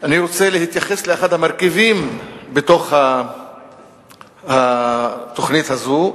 אני רוצה להתייחס לאחד המרכיבים בתוך התוכנית הזו,